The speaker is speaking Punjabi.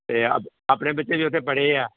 ਅਤੇ ਅਪ ਆਪਣੇ ਬੱਚੇ ਵੀ ਉੱਥੇ ਪੜ੍ਹੇ ਆ